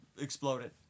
exploded